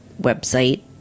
website